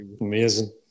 Amazing